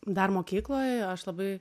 dar mokykloj aš labai